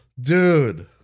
Dude